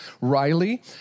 Riley